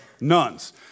nuns